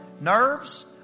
Nerves